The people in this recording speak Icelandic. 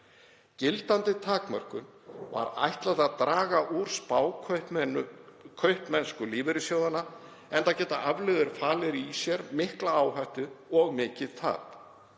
Gildandi takmörkunum var ætlað að draga úr spákaupmennsku lífeyrissjóða, enda geta afleiður falið í sér mikla áhættu og mikið tap.